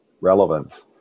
relevance